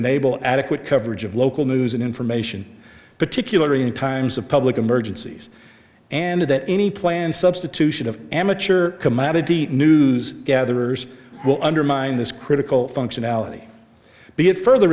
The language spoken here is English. enable adequate coverage of local news and information particularly in times of public emergencies and that any planned substitution of amateur commodity news gatherers will undermine this critical functionality be it further